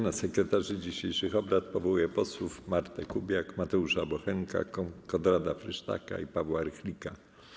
Na sekretarzy dzisiejszych obrad powołuję posłów Martę Kubiak, Mateusza Bochenka, Konrada Frysztaka i Pawła Rychlika.